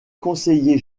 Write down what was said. conseiller